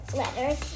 letters